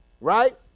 right